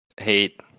hate